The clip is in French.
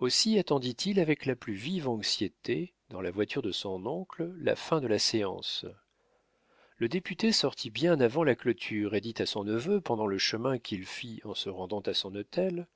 aussi attendit il avec la plus vive anxiété dans la voiture de son oncle la fin de la séance le député sortit bien avant la clôture et dit à son neveu pendant le chemin qu'il fit en se rendant à son hôtel